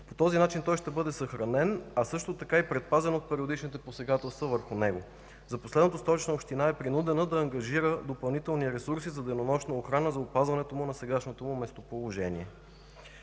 По този начин той ще бъде съхранен, а и предпазен от периодичните посегателства върху него. За последното Столична община е принудена да ангажира допълнителен ресурс и за денонощна охрана – за неговото опазване на сегашното му местоположение.